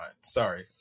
Sorry